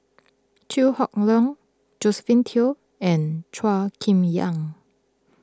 Chew Hock Leong Josephine Teo and Chua Chim Yang